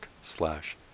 slash